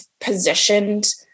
positioned